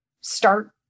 start